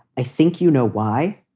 i think you know why